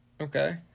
Okay